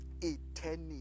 Eternity